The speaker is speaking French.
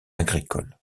agricole